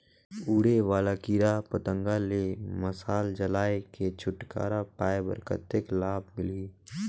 उड़े वाला कीरा पतंगा ले मशाल जलाय के छुटकारा पाय बर कतेक लाभ मिलही?